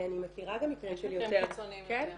אני מכירה גם מקרים של יותר, כן.